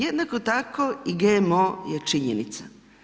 Jednako tako i GMO je činjenica.